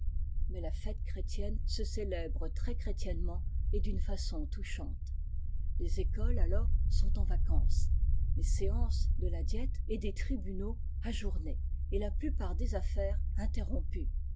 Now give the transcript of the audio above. mais la fête chrétienne se célèbre trèschrétiennement et d'une façon touchante les écoles alors sont en vacances les séances de la diète et des tribunaux ajournées et la plupart des affaires interrompues